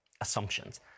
assumptions